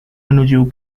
menuju